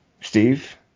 Steve